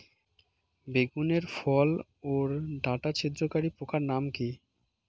বেগুনের ফল ওর ডাটা ছিদ্রকারী পোকার নাম কি?